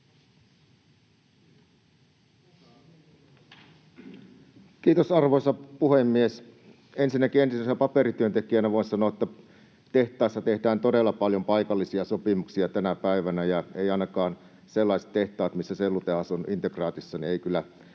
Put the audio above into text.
Kiitos, arvoisa puhemies! Ensinnäkin entisenä paperityöntekijänä voin sanoa, että tehtaissa tehdään todella paljon paikallisia sopimuksia tänä päivänä. Ja eivät ainakaan sellaiset tehtaat, missä sellutehdas on integraatissa, kyllä